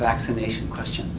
vaccination question